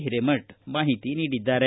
ಹಿರೇಮಠ ಮಾಹಿತಿ ನೀಡಿದ್ದಾರೆ